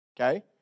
Okay